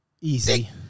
Easy